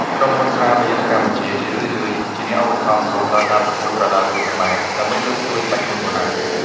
ក្រុមហ៊ុន ស្រាបៀរ នៅកម្ពុជា ជារឿយៗជាអ្នកឧបត្ថម្ភធំដល់ការប្រកួតប្រដាល់គុនខ្មែរ ដើម្បីលើកស្ទួយក្បាច់គុនបុរាណ។